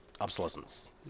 Obsolescence